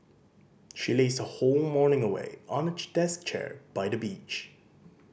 she lazed her whole morning away on a deck chair by the beach